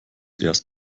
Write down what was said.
erst